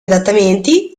adattamenti